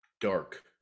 dark